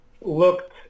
looked